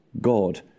God